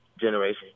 generation